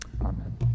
Amen